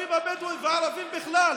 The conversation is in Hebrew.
הערבים הבדואים והערבים בכלל